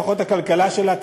לפחות הכלכלה שלה,